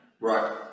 right